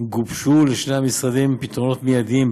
גובשו לשני המשרדים האלה פתרונות מיידיים,